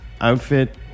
outfit